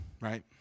right